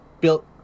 built